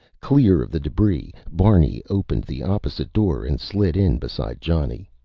clear of the debris, barney opened the opposite door and slid in beside johnny.